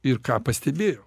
ir ką pastebėjo